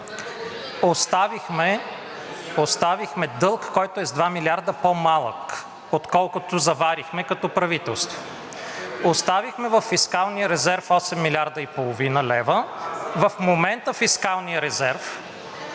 Оставихме дълг, който е с 2 милиарда по-малък, отколкото заварихме като правителство. Оставихме във фискалния резерв 8,5 млрд. лв., в момента фискалният резерв